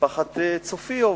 משפחת צופיוב.